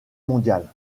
mondiale